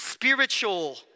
spiritual